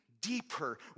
deeper